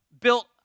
built